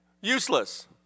Useless